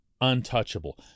untouchable